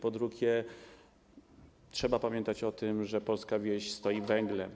Po drugie, trzeba pamiętać o tym, że polska wieś stoi węglem.